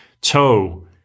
toe